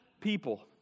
people